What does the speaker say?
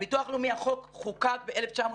הביטוח הלאומי, החוק חוקק ב-1954.